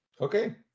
Okay